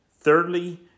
Thirdly